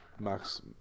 Max